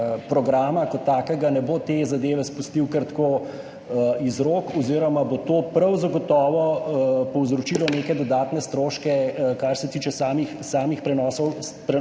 programa kot takega ne bo te zadeve spustil kar tako iz rok oziroma bo to prav zagotovo povzročilo neke dodatne stroške, kar se tiče samih, samih prenosov, prenosov